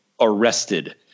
arrested